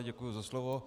Děkuji za slovo.